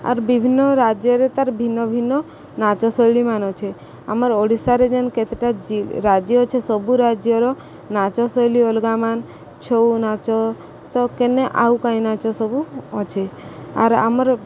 ଆର୍ ବିଭିନ୍ନ ରାଜ୍ୟରେ ତାର ଭିନ୍ନ ଭିନ୍ନ ନାଚ ଶୈଳୀମାନ ଅଛେ ଆମର ଓଡ଼ିଶାରେ ଯେନ୍ କେତେଟା ରାଜ୍ୟ ଅଛେ ସବୁ ରାଜ୍ୟର ନାଚଶୈଳୀ ଅଲଗା ମାନ ଛଉ ନାଚ ତ କେନେ ଆଉ କାହିଁ ନାଚ ସବୁ ଅଛେ ଆର୍ ଆମର୍